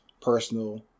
personal